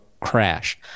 crash